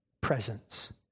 presence